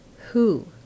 Who